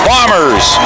Bombers